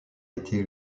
été